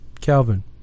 Calvin